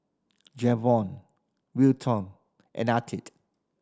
Jayvon Wilton and Artie